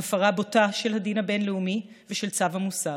בהפרה בוטה של הדין הבין-לאומי ושל צו המוסר.